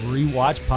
Rewatch